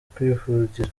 kwivugira